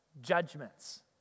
judgments